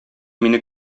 мине